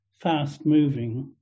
fast-moving